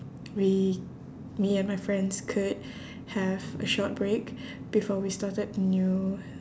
we me and my friends could have a short break before we started the new